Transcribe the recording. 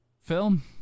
film